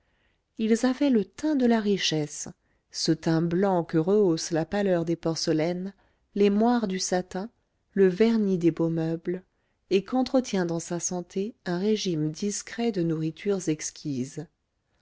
ils avaient le teint de la richesse ce teint blanc que rehaussent la pâleur des porcelaines les moires du satin le vernis des beaux meubles et qu'entretient dans sa santé un régime discret de nourritures